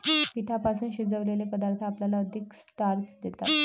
पिठापासून शिजवलेले पदार्थ आपल्याला अधिक स्टार्च देतात